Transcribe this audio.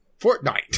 Fortnite